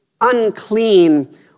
unclean